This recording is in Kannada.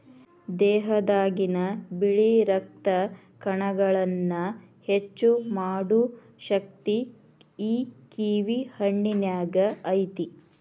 ದೇಹದಾಗಿನ ಬಿಳಿ ರಕ್ತ ಕಣಗಳನ್ನಾ ಹೆಚ್ಚು ಮಾಡು ಶಕ್ತಿ ಈ ಕಿವಿ ಹಣ್ಣಿನ್ಯಾಗ ಐತಿ